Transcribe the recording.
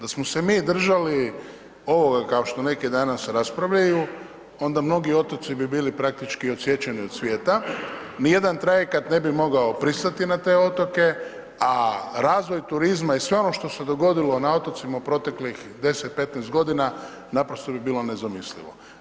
Da smo se mi držali ovoga kao što neki danas raspravljaju onda mnogi otoci bi bili praktički odsječeni od svijeta, ni jedan trajekt ne bi mogao pristati na te otoke, a razvoj turizma i sve ono što se dogodilo na otocima u proteklih 10, 15 godina naprosto bi bilo nezamislivo.